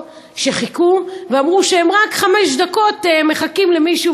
שחיכו ואמרו שהם רק חמש דקות מחכים למישהו,